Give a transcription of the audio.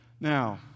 Now